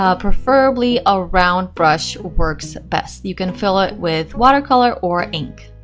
ah preferably a round brush works best, you can fill it with watercolor or ink